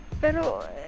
Pero